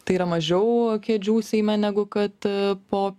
tai yra mažiau kėdžių seime negu kad po